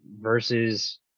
versus